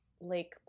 Lake